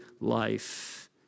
life